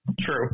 True